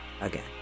again